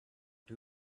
too